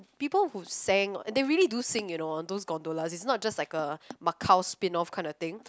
people who sang they really do sing you know on those gondolas it's not just like a Macau spin off kinda thing